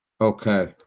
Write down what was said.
Okay